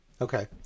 Okay